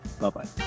Bye-bye